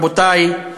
רבותי,